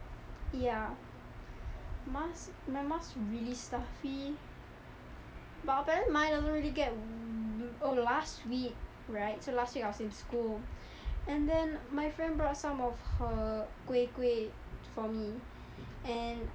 ya mask my mask really stuffy but apparently mine doesn't really get oh last week right so last week I was in school and then my friend brought some of her kuih-kuih for me